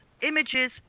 images